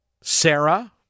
Sarah